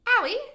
Allie